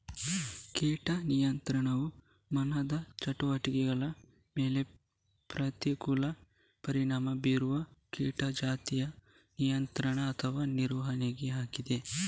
ಕೀಟ ನಿಯಂತ್ರಣವು ಮಾನವ ಚಟುವಟಿಕೆಗಳ ಮೇಲೆ ಪ್ರತಿಕೂಲ ಪರಿಣಾಮ ಬೀರುವ ಕೀಟ ಜಾತಿಯ ನಿಯಂತ್ರಣ ಅಥವಾ ನಿರ್ವಹಣೆಯಾಗಿದೆ